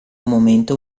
momento